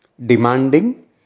demanding